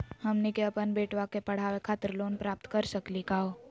हमनी के अपन बेटवा क पढावे खातिर लोन प्राप्त कर सकली का हो?